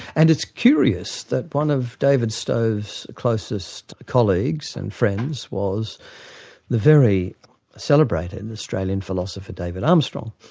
and it's curious that one of david stove's closest colleagues and friends was the very celebrated and australian philosopher, david armstrong.